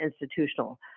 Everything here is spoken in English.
institutional